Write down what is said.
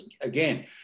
Again